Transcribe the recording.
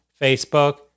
Facebook